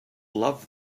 love